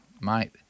mate